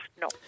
No